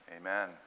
amen